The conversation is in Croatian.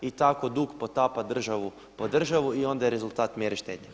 I tako dug potapa državu po državu i onda je rezultat mjere štednje.